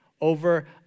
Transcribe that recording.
over